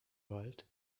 wald